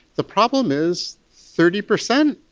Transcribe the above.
the problem is, thirty percent!